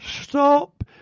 stop